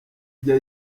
ijya